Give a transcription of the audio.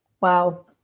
wow